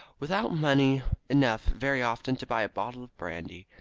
without money enough very often to buy a bottle of brandy.